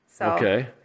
Okay